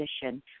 position